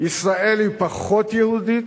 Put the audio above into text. ישראל היא פחות יהודית,